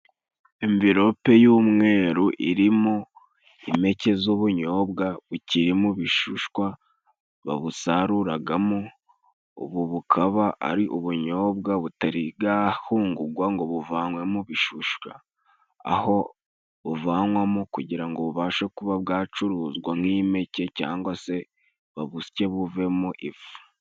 Imverope y'umweru irimo impeke z'ubunyobwa bukiri mu bishishwa babusaruragamo. Ubu bukaba ari ubunyobwa butari gahungugwa ngo buvanywemo ibishushwa, aho buvanwamo kugira bubashe kuba bwacuruzwa nk'impeke cyangwa se babusye buvemo ifu.